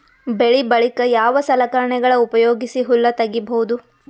ಬೆಳಿ ಬಳಿಕ ಯಾವ ಸಲಕರಣೆಗಳ ಉಪಯೋಗಿಸಿ ಹುಲ್ಲ ತಗಿಬಹುದು?